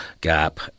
gap